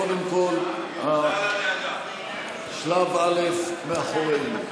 קודם כול, שלב א' מאחורינו.